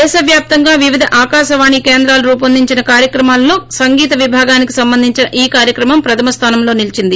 దేశవ్యాప్తంగా వివిధ ఆకాశవాణి కేంద్రాలు రూపొందించిన కార్యక్రమాలలో సంగీత విభాగానికి సంబంధించిన ఈ కార్యక్రమం ప్రధమ స్థానంలో నిలిచింది